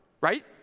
right